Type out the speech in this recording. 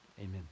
Amen